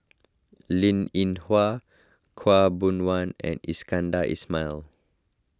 Linn in Hua Khaw Boon Wan and Iskandar Ismail